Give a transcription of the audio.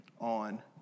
on